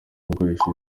gukoresha